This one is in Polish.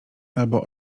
albo